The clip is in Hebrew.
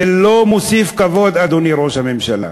זה לא מוסיף כבוד, אדוני ראש הממשלה.